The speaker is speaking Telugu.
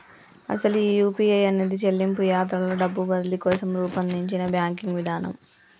అసలు ఈ యూ.పీ.ఐ అనేది చెల్లింపు యాత్రలో డబ్బు బదిలీ కోసం రూపొందించిన బ్యాంకింగ్ విధానం